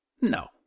No